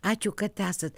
ačiū kad esat